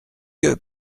que